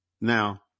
Now